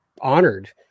honored